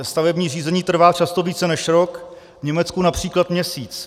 Stavební řízení trvá často více než rok, v Německu například měsíc.